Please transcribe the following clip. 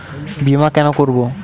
বিমা কেন করব?